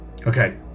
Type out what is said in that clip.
Okay